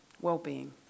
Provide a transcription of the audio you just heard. well-being